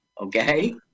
okay